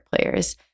Players